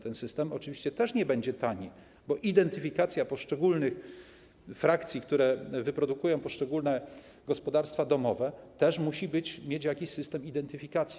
Ten system oczywiście też nie będzie tani, bo jeżeli chodzi o identyfikację poszczególnych frakcji, które wyprodukują poszczególne gospodarstwa domowe, też musi to mieć system identyfikacji.